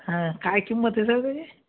हां काय किंमत आहे सर त्याची